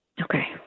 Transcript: Okay